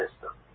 system